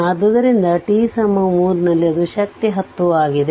ಆದ್ದರಿಂದ t 3 ನಲ್ಲಿ ಅದು ಶಕ್ತಿ 10 ಆಗಿದೆ